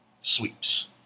sweeps